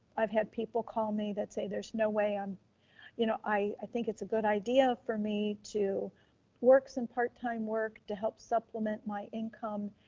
i've had people call me that say, there's no way i'm you know, i think it's a good idea for me to work some part-time work to help supplement my income.